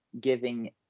giving